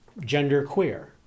Genderqueer